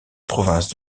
province